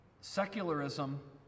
secularism